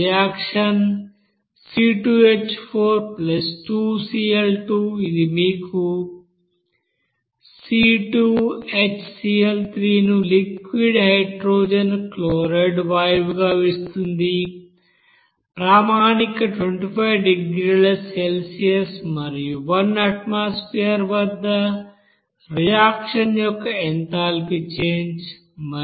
reaction C2H42Cl2 ఇది మీకు C2HCl3 ను లిక్విడ్ హైడ్రోజన్ క్లోరైడ్ వాయువుగా ఇస్తుంది ప్రామాణిక 25 డిగ్రీల సెల్సియస్ మరియు 1 అట్మాస్పెర్ వద్ద రియాక్షన్ యొక్క ఎంథాల్పీ చేంజ్ 420